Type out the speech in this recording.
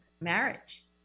marriage